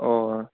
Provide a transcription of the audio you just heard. अ